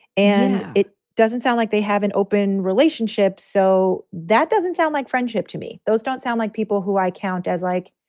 and it doesn't sound like they have an open relationship, so that doesn't sound like friendship to me those don't sound like people who i count as like,